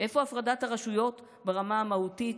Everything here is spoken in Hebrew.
איפה הפרדת הרשויות ברמה המהותית.